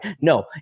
No